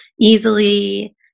easily